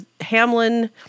Hamlin